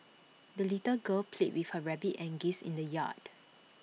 the little girl played with her rabbit and geese in the yard